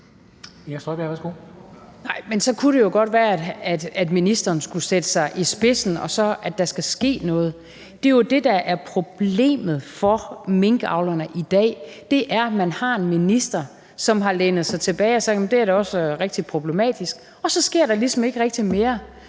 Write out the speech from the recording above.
så kunne det jo godt være, at ministeren skulle sætte sig i spidsen, og at der så skal ske noget. Det er jo det, der er problemet for minkavlerne i dag, altså at man har en minister, som har lænet sig tilbage og sagt, at det da også er rigtig problematisk, og at der så ligesom ikke rigtig sker